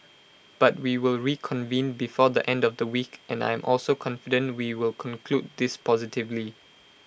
but we will reconvene before the end of the week and I am also confident we will conclude this positively